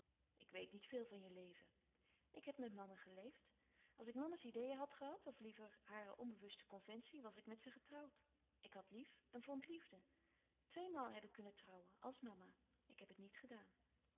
ik weet niet veel van je leven ik heb met mannen geleefd als ik mama's ideeën had gehad of liever hare onbewuste conventie was ik met ze getrouwd ik had lief en vond liefde tweemaal heb ik kunnen trouwen als mama ik heb het niet gedaan